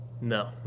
No